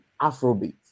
Afrobeat